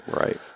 Right